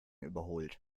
überholt